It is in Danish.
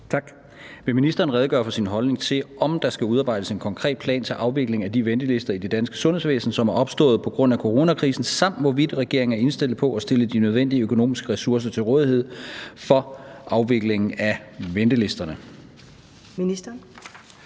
Tak. Vil ministeren redegøre for sin holdning til, om der skal udarbejdes en konkret plan til afvikling af de ventelister i det danske sundhedsvæsen, som er opstået på grund af coronakrisen, samt hvorvidt regeringen er indstillet på at stille de nødvendige økonomiske ressourcer til rådighed for afviklingen af ventelisterne? Kl.